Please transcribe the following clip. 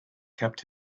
kept